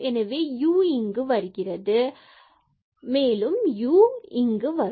எனவே u இங்கு வருகிறது மற்றும் இங்கு u வரும்